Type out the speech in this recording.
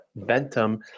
ventum